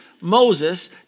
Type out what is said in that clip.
Moses